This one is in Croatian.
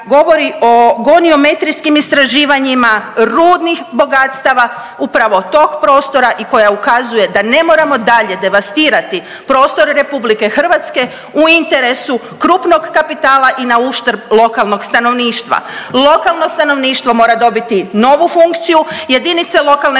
govori o goniometrijskim istraživanjima rudnih bogatstava upravo tog prostora i koja ukazuje da ne moramo dalje devastirati prostor RH u interesu krupnog kapitala i nauštrb lokalnog stanovništva. Lokalno stanovništvo mora dobiti novu funkciju, jedinice lokalne